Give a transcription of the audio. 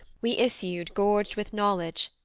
we issued gorged with knowledge,